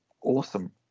Awesome